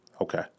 Okay